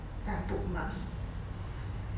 then I put mask